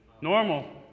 normal